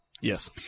Yes